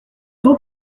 donc